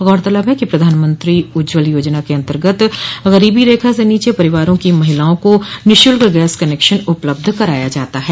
गौरतलब है कि प्रधानमंत्री उज्ज्वला योजना के अन्तर्गत गरीबी रेखा के नीचे परिवारों की महिलाओं को निःशुल्क गैस कनेक्शन उपलब्ध कराया जाता है